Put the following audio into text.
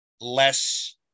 less